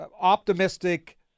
optimistic